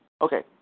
Okay